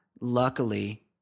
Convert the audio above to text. Luckily